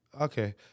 Okay